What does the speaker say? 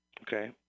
Okay